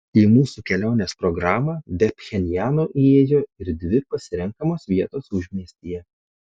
į mūsų kelionės programą be pchenjano įėjo ir dvi pasirenkamos vietos užmiestyje